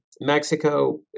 Mexico